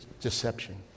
deception